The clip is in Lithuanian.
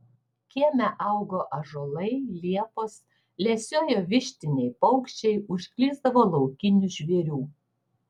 kieme augo ąžuolai liepos lesiojo vištiniai paukščiai užklysdavo laukinių žvėrių